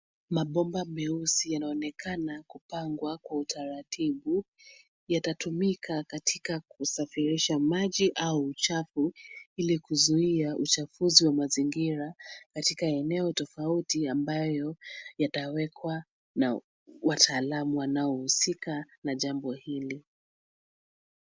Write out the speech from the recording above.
Mabomba meusi yanaonekana kupangwa kwa utaratibu, yatatumika katika kusafirisha maji au uchafu ili kuzuia uchafuzi wa mazingira katika eneo tofauti ambayo yatawekwa na wataalamu wanaohusika na jambo hili.